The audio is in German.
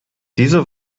diese